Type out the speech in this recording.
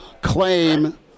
claim